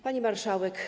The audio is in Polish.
Pani Marszałek!